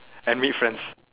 and meet friends